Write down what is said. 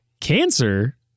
Cancer